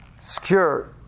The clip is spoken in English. Secure